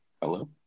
Hello